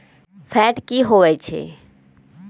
Fat की होवछै?